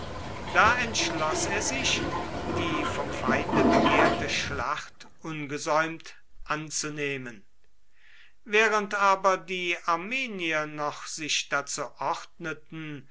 da entschloß er sich die vom feinde begehrte schlacht ungesäumt anzunehmen während aber die armenier noch sich dazu ordneten